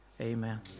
Amen